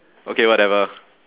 okay whatever